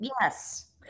Yes